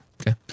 Okay